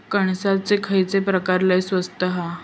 कणसाचो खयलो प्रकार लय स्वस्त हा?